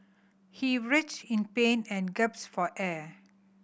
he writhed in pain and gasped for air